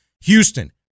Houston